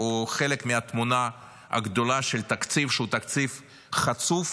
הוא חלק מהתמונה הגדולה של תקציב שהוא תקציב חצוף,